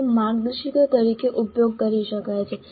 તેઓ માર્ગદર્શિકા તરીકે ઉપયોગ કરી શકાય છે